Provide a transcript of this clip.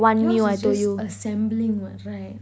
yours was just assembling [what] right